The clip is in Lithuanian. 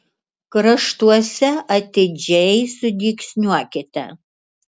kraštuose atidžiai sudygsniuokite